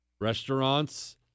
Restaurants